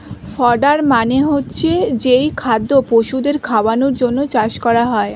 fodder মানে হচ্ছে যেই খাদ্য পশুদের খাওয়ানোর জন্যে চাষ করা হয়